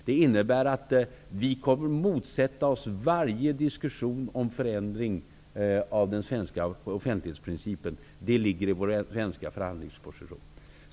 Det innebär att vi kommer att motsätta oss varje diskussion om förändring av den svenska offentlighetsprincipen. Det ingår i vår svenska förhandlingsposition.